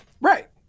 Right